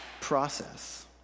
process